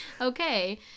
okay